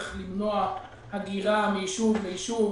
איך למנוע הגירה מיישוב ליישוב,